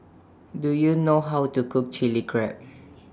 Do YOU know How to Cook Chili Crab